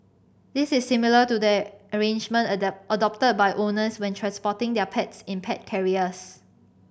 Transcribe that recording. this is similar to the arrangement adopted by owners when transporting their pets in pet carriers